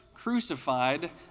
crucified